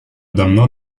давно